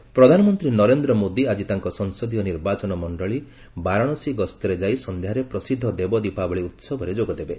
PM Dev Deepawali ପ୍ରଧାନମନ୍ତ୍ରୀ ନରେନ୍ଦ୍ର ମୋଦି ଆଜି ତାଙ୍କ ସଂସଦୀୟ ନିର୍ବାଚନ ମଣ୍ଡଳି ବାରାଣସୀ ଗସ୍ତରେ ଯାଇ ସନ୍ଧ୍ୟାରେ ପ୍ରସିଦ୍ଧ ଦେବ ଦୀପାବଳି ଉତ୍ସବରେ ଯୋଗଦେବେ